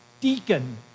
Deacon